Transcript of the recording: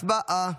הצבעה.